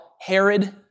Herod